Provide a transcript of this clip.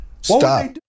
Stop